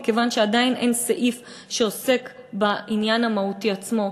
מכיוון שעדיין אין סעיף שעוסק בעניין המהותי עצמו.